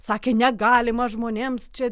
sakė negalima žmonėms čia